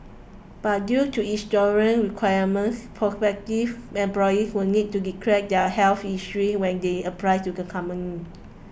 but due to insurance requirements prospective employees will need to declare their health history when they apply to the company